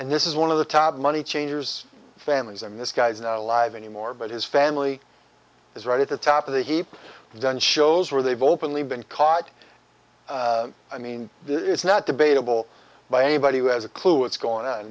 and this is one of the top money changers families in this guy's not alive anymore but his family is right at the top of the heap done shows where they've openly been caught i mean this is not debatable by anybody who has a clue it's go